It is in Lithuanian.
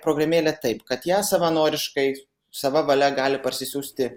programėlė taip kad ją savanoriškai sava valia gali parsisiųsti